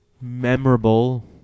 memorable